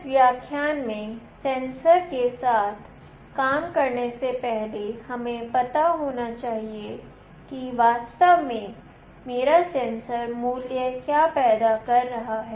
इस व्याख्यान में सेंसर के साथ काम करने से पहले हमें पता होना चाहिए कि वास्तव में मेरा सेंसर मूल्य क्या पैदा कर रही है